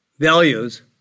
values